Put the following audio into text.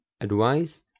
advice